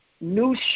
new